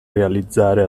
realizzare